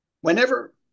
whenever